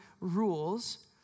rules